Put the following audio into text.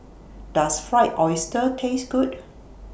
Does Fried Oyster Taste Good